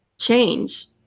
change